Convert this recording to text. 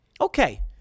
okay